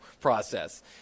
process